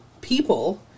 people